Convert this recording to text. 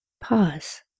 pause